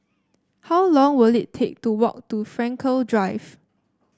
how long will it take to walk to Frankel Drive